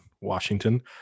Washington